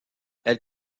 elles